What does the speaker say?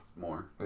more